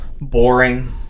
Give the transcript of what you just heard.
boring